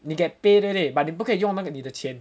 你 get pay 对不对 but 你不可以用那个你的钱